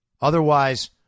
otherwise